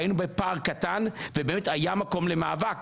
היינו בפער קטן והיה מקום למאבק